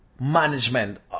management